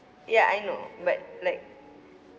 ya I know but like